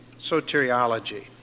Soteriology